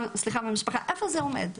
איפה זה עומד?